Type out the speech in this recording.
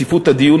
עמ' 30435,